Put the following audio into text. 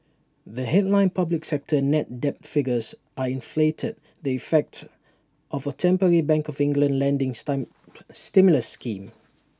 the headline public sector net debt figures are inflated the effect of A temporary bank of England lending stimulus scheme